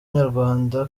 nyarwanda